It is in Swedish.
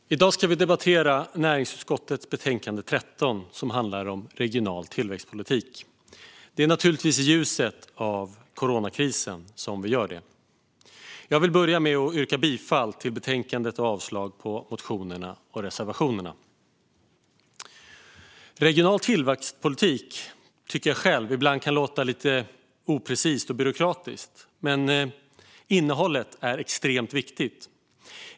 Fru talman! I dag ska vi debattera näringsutskottets betänkande 13, som handlar om regional tillväxtpolitik. Det är naturligtvis i ljuset av coronakrisen vi gör detta. Jag vill börja med att yrka bifall till utskottets förslag i betänkandet och avslag på motionerna och reservationerna. Regional tillväxtpolitik kan ibland, tycker jag själv, låta lite oprecist och byråkratiskt, men innehållet är extremt viktigt.